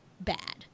bad